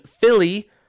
Philly